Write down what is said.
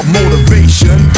motivation